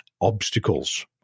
obstacles